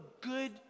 good